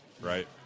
right